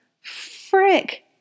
frick